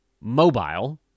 mobile